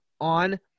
on